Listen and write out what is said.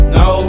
no